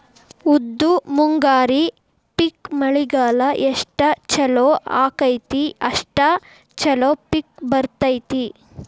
ಉದ್ದು ಮುಂಗಾರಿ ಪಿಕ್ ಮಳಿಗಾಲ ಎಷ್ಟ ಚಲೋ ಅಕೈತಿ ಅಷ್ಟ ಚಲೋ ಪಿಕ್ ಬರ್ತೈತಿ